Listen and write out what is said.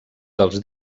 dels